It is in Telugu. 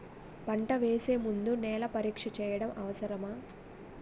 పంట వేసే ముందు నేల పరీక్ష చేయటం అవసరమా?